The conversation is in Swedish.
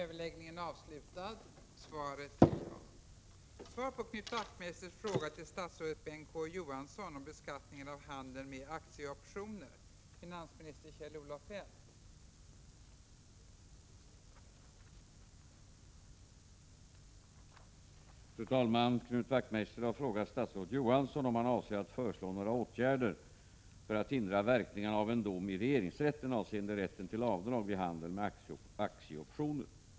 Fru talman! Knut Wachtmeister har frågat statsrådet Bengt K. Å. Johansson om han avser att föreslå några åtgärder för att hindra verkningarna av en dom i regeringsrätten avseende rätten till avdrag vid handel med aktieoptioner.